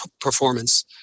performance